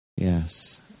Yes